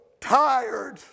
tired